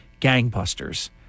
gangbusters